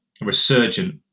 resurgent